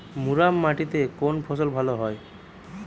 মুরাম মাটিতে কোন ফসল ভালো হয়?